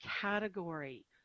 category